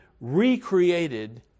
recreated